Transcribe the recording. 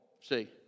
See